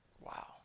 Wow